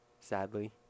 sadly